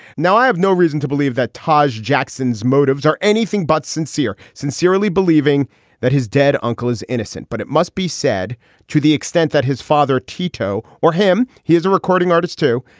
now i have no reason to believe that taj jackson's motives are anything but sincere sincerely believing that his dead uncle is innocent. but it must be said to the extent that his father tito or him. he is a recording artist too.